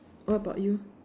what about you